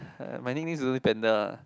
uh my nicknames also panda